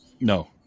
no